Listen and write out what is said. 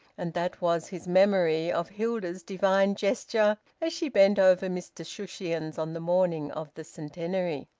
and that was his memory of hilda's divine gesture as she bent over mr shushions on the morning of the centenary.